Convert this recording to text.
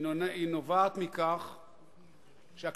היא נובעת מכך שהכנסת